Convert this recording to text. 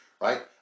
right